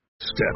Step